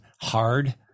hard